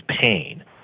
pain